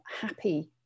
happy